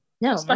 no